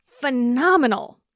phenomenal